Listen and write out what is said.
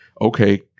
Okay